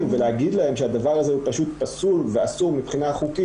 ולהגיד להם שהדבר הזה פשוט פסול ואסור מבחינה חוקית